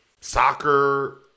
Soccer